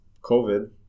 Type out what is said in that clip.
COVID